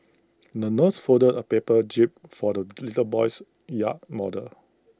the nurse folded A paper jib for the little boy's yacht model